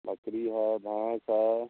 बकरी है भैंस है